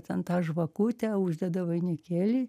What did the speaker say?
ten tą žvakutę uždeda vainikėlį